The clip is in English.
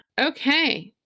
okay